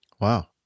Wow